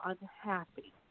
unhappy